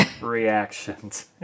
reactions